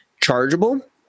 chargeable